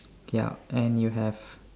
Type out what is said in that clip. ya and you have